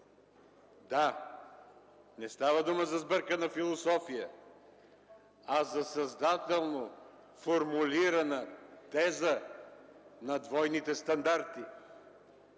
да, не става дума за сбъркана философия, а за съзнателно формулирана теза на двойните стандарти.